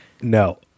No